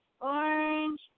orange